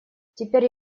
теперь